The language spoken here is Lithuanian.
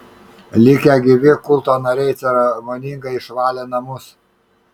likę gyvi kulto nariai ceremoningai išvalė namus